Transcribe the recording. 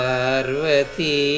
Parvati